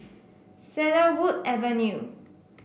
Cedarwood Avenue